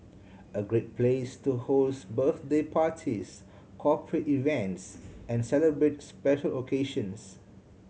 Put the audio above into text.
a great place to host birthday parties corporate events and celebrate special occasions